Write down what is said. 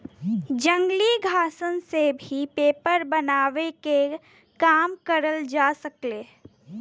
जंगली घासन से भी पेपर बनावे के काम करल जा सकेला